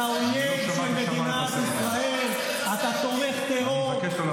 הוא אומר שצריך לחסל אותי?